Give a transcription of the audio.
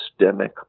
systemic